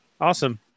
awesome